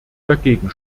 dagegen